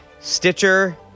Stitcher